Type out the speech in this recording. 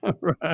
Right